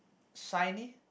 shiny